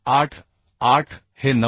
88 हे 9